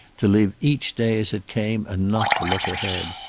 to live each day as it came and not to look ahead.